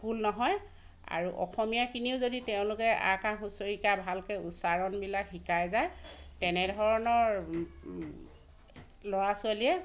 ভুল নহয় আৰু অসমীয়াখিনিও যদি তেওঁলোকে আ কাৰ হ্ৰস্ৱ ই কাৰ ভালকে উচ্চাৰণবিলাক শিকাই যায় তেনে ধৰণৰ ল'ৰা ছোৱালীয়ে